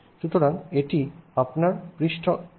সুতরাং এটি আপনার এখন পৃষ্ঠতল